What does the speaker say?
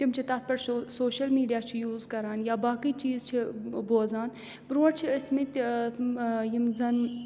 تِم چھِ تَتھ پٮ۪ٹھ سوشَل میٖڈیا چھِ یوٗز کَران یا باقٕے چیٖز چھِ بوزان برٛونٛٹھ چھِ ٲسۍمٕتۍ یِم زَن